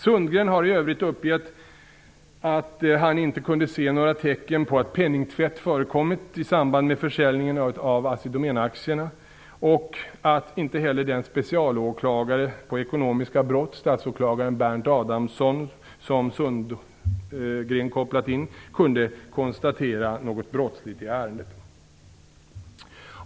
Sundgren har i övrigt uppgivit att han inte kunnat se några tecken på att penningtvätt förekommit i samband med försäljningen av Assi Domän-aktierna och att inte heller den specialåklagare på ekonomiska brott, statsåklagaren Bernt Adamsson, som Sundgren kopplat in, kunnat konstatera något brottsligt i ärendet.